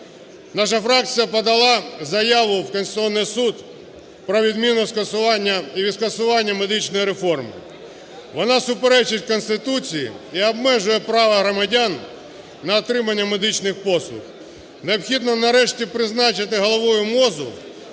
Наша фракція подала заяву в Конституционный суд про відміну, скасування… скасування медичної реформи. Вона суперечить Конституції і обмежує право громадян на отримання медичних послуг. Необхідно нарешті призначити головою МОЗу